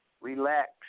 Relax